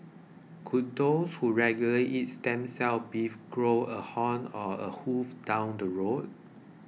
could those who regularly eat stem cell beef grow a horn or a hoof down the road